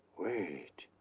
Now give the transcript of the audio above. wait.